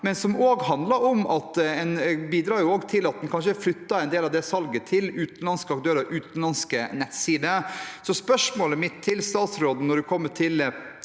kanskje bidrar til å flytte en del av det salget til utenlandske aktører – utenlandske nettsider. Så spørsmålet mitt til statsråden når det gjelder